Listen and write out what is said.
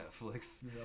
netflix